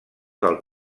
del